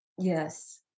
yes